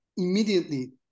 immediately